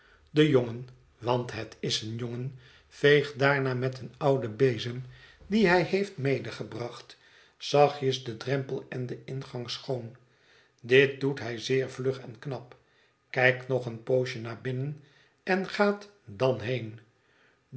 de jongen want het is een jongen veegt daarna met een ouden bezem dien hij heeft medegebracht zachtjes den drempel en den ingang schoon dit doet hij zeer vlug en knap kijkt nog een poosje naar binnen en gaat dan heen